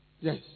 Yes